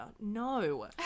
no